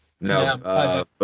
No